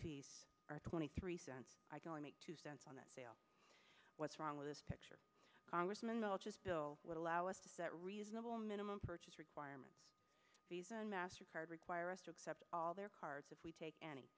fees are twenty three cents i go and make two cents on the sale what's wrong with this picture congressman knowledge as bill would allow us to set reasonable minimum purchase requirements visa and mastercard require us to accept all their cards if we take any